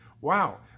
Wow